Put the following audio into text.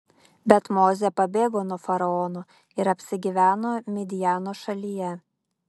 bet mozė pabėgo nuo faraono ir apsigyveno midjano šalyje